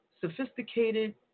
sophisticated